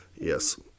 Yes